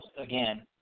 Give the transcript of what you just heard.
again